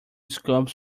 scopes